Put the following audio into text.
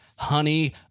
Honey